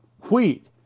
wheat